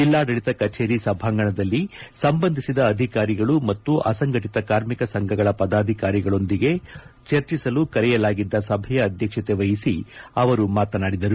ಜಿಲ್ಲಾಡಳಿತ ಕಚೇರಿ ಸಭಾಂಗಣದಲ್ಲಿ ಸಂಬಂಧಿಸಿದ ಅಧಿಕಾರಿಗಳು ಮತ್ತು ಅಸಂಘಟಿತ ಕಾರ್ಮಿಕ ಸಂಘಗಳ ಪದಾಧಿಕಾರಿಗಳೊಂದಿಗೆ ಚರ್ಚಿಸಲು ಕರೆಯಲಾಗಿದ್ದ ಸಭೆಯ ಅಧ್ಯಕ್ಷತೆ ವಹಿಸಿ ಅವರು ಮಾತನಾಡಿದರು